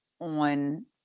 on